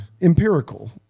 empirical